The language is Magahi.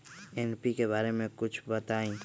एन.पी.के बारे म कुछ बताई?